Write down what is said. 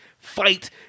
fight